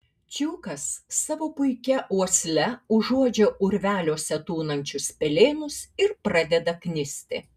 čiukas savo puikia uosle užuodžia urveliuose tūnančius pelėnus ir pradeda knisti